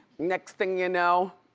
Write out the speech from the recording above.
next thing you know,